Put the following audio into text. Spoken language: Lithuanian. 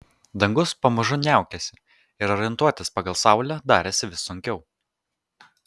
dangus pamažu niaukėsi ir orientuotis pagal saulę darėsi vis sunkiau